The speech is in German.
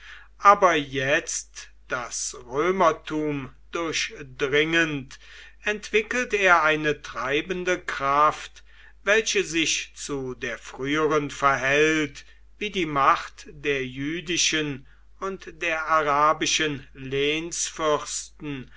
aber jetzt das römertum durchdringend entwickelt er eine treibende kraft welche sich zu der früheren verhält wie die macht der jüdischen und der arabischen